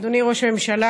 אדוני ראש הממשלה,